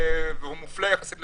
והוא מופלה יחסית